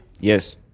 yes